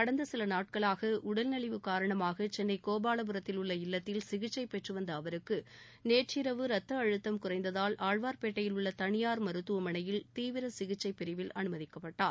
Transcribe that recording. கடந்த சில நாட்களாக உடல்நலிவு காரணமாக சென்னை கோபாலபுரத்தில் உள்ள இல்லத்தில் சிகிச்சை பெற்று வந்த அவருக்கு நேற்றிரவு ரத்த அழுத்தம் குறைந்ததால் ஆழ்வார்பேட்டையில் உள்ள தனியார் மருத்துவமனையில் தீவிர சிகிச்சைப் பிரிவில் அனுமதிக்கப்பட்டார்